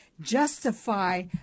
justify